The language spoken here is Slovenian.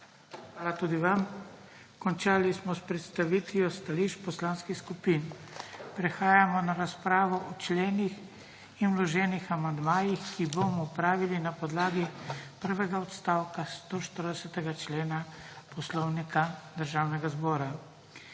Hvala tudi vam. Končali smo s predstavitvijo stališč poslanskih skupin. Prehajamo na razpravo o členih in vloženih amandmajih, ki jo bomo opravili na podlagi prvega odstavka 140. člena Poslovnika Državnega zbora.